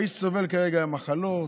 האיש סובל כרגע ממחלות,